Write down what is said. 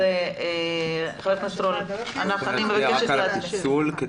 חבר הכנסת רול, אני מבקשת להצביע על הפיצול.